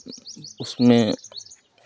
उसमें